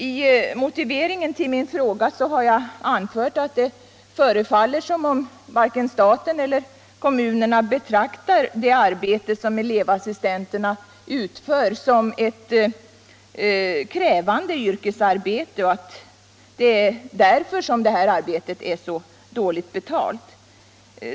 I motiveringen till min fråga har jag anfört, att det förefaller som om varken staten eller kommunerna betraktar det arbete som elevassistenterna utför som ett krävande yrkesarbete och att det är därför som de får så dåligt betalt.